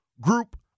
group